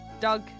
Doug